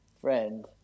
friend